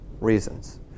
reasons